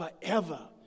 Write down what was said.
forever